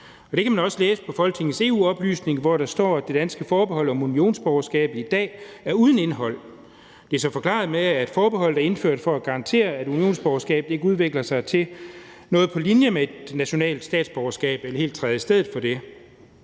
det kan man også læse på Folketingets EU-oplysning, hvor der står, at det danske forbehold om unionsborgerskab i dag er uden indhold. Det er så forklaret med, at forbeholdet er indført for at garantere, at unionsborgerskabet ikke udvikler sig til noget på linje med et nationalt statsborgerskab eller helt træder i stedet for det.